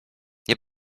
nie